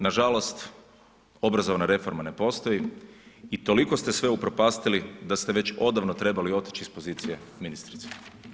Nažalost obrazovna reforma ne postoji i toliko ste sve upropastili da ste već odavno trebali otići iz pozicije ministrice.